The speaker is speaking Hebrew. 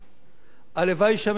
הלוואי שהממשלה תמצא,